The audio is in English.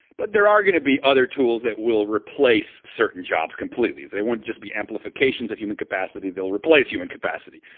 but there are going be other tools that will replace certain jobs completely. they won't just be amplifications of human capacity. they'll replace human capacity.